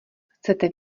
chcete